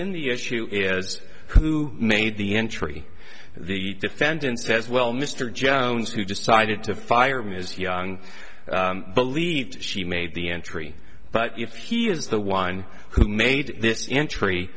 in the issue is who made the entry the defendant says well mr jones who decided to fire ms young believes she made the entry but if he is the one who made